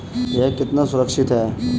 यह कितना सुरक्षित है?